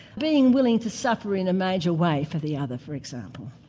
being willing to suffer in a major way for the other, for example.